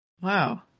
Wow